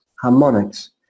harmonics